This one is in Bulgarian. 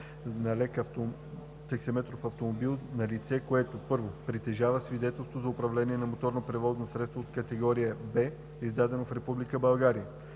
на лек таксиметров автомобил на лице, което: 1. притежава свидетелство за управление на моторно превозно средство от категория В, издадено в Република